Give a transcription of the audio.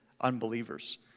unbelievers